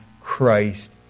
Christ